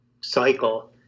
cycle